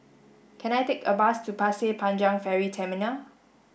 can I take a bus to Pasir Panjang Ferry Terminal